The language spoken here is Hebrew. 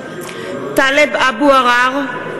חברי הכנסת) טלב אבו עראר,